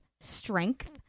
strength